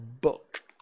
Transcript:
book